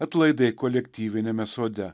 atlaidai kolektyviniame sode